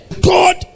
god